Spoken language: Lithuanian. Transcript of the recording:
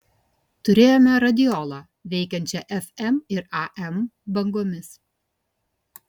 turėjome radiolą veikiančią fm ir am bangomis